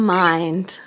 mind